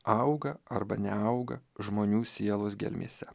auga arba neauga žmonių sielos gelmėse